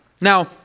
Now